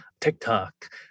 TikTok